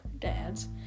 dad's